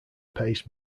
pace